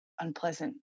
unpleasant